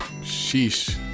Sheesh